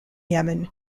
yemen